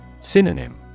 Synonym